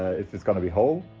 if it's gonna be whole.